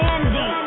Andy